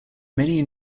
many